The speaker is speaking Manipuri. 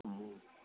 ꯎꯝ